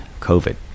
COVID